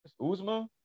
Uzma